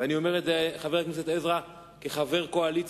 ואני אומר את זה, חבר הכנסת עזרא, כחבר קואליציה